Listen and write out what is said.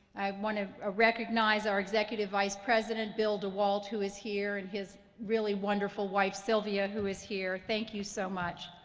i want to ah recognize our executive vice president bill dewalt, who is here, and his really wonderful wife sylvia, who is here. thank you so much.